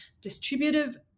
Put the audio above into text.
distributive